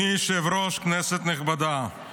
גבוהה, התשפ"ה 2024, אושרה